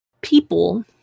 People